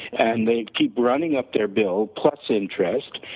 and they keep running up their bill, plus interest,